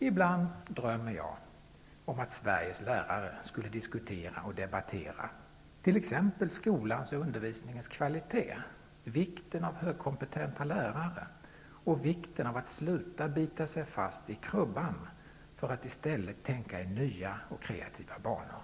Ibland drömmer jag om att Sveriges lärare diskuterar och debatterar t.ex. skolans och undervisningens kvalitet samt vikten av att det finns högkompetenta lärare och av att man slutar bita sig fast i krubban för att i stället tänka i nya och kreativa banor.